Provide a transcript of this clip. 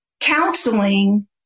Counseling